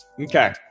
Okay